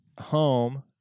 home